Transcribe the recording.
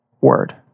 word